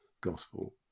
Gospel